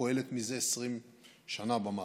הפועלת זה 20 שנה במערכת,